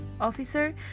officer